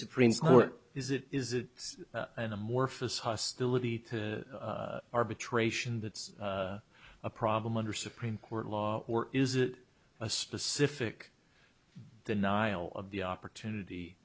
supreme court is it is it an amorphous hostility to arbitration that's a problem under supreme court law or is it a specific denial of the opportunity